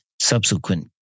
subsequent